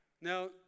Now